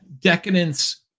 decadence